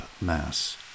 mass